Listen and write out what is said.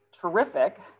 terrific